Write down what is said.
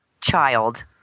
child